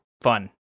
fun